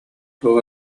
туох